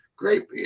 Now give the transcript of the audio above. Great